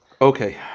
Okay